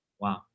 Wow